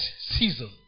season